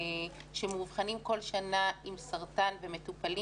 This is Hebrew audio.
שמאובחנים כל שנה עם סרטן ומטופלים